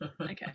Okay